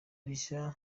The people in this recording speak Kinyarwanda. rishya